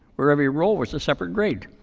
where every row was a separate grade.